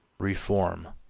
reform,